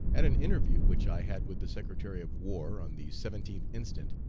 at an interview which i had with the secretary of war, on the seventeenth instant,